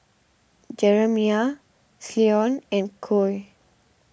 Jeremiah Cleone and Coy